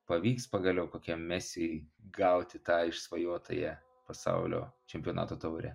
pavyks pagaliau kokiam mesi gauti tą išsvajotąją pasaulio čempionato taurę